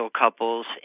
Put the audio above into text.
couples